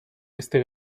este